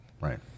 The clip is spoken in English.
Right